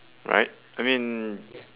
right I mean